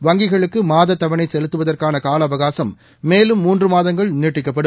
வங்கிகளுக்கு மாத தவணை செலுத்துவதற்கான கால அவகாசம் மேலும் மூன்று மாதங்கள் நீட்டிக்கப்படும்